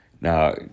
Now